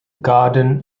garden